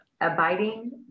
abiding